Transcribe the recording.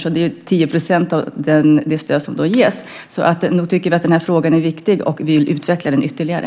Det är 10 % av det stöd som ges. Nog tycker vi att frågan är viktig och vill utveckla den ytterligare.